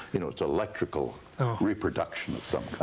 you know it's electrical reproduction of some kind.